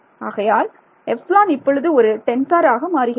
ஆகையால் எப்ஸிலான் இப்பொழுது ஒரு டென்சார் ஆக மாறுகிறது